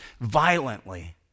violently